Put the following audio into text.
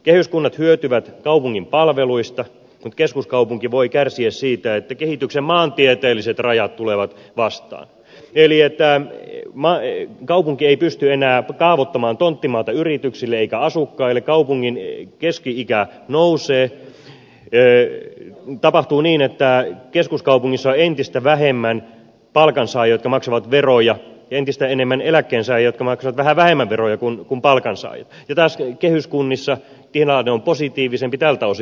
kehyskunnat hyötyvät kaupungin palveluista mutta keskuskaupunki voi kärsiä siitä että kehityksen maantieteelliset rajat tulevat vastaan eli että kaupunki ei pysty enää kaavoittamaan tonttimaata yrityksille eikä asukkaille kaupungin keski ikä nousee tapahtuu niin että keskuskaupungissa on entistä vähemmän palkansaajia jotka maksavat veroja entistä enemmän eläkkeensaajia jotka maksavat vähän vähemmän veroja kuin palkansaajat ja taas kehyskunnissa tilanne on positiivisempi tältä osin